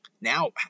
Now